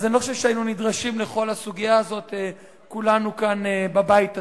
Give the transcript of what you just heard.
אני לא חושב שהיינו נדרשים לכל הסוגיה הזאת כולנו כאן בבית הזה.